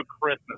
Christmas